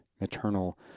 maternal